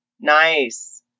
Nice